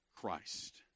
Christ